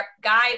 guy